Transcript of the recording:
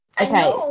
Okay